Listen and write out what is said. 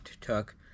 took